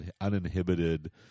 uninhibited